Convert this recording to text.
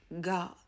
God